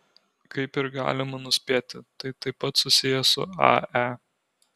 kaip ir galima nuspėti tai taip pat susiję su ae